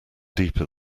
deeper